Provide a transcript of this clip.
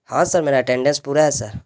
ہاں سر میرا اٹینڈینس پورا ہے سر